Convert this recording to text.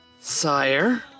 sire